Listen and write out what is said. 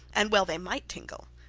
and well they might tingle.